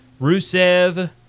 Rusev